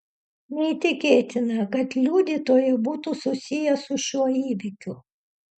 neįtikėtina kad liudytojai būtų susiję su šiuo įvykiu